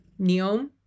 Neom